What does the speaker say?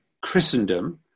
Christendom